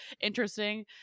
interesting